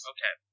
Okay